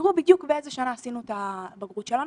יראו בדיוק באיזו שנה עשינו את הבגרות שלנו,